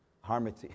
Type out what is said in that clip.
harmony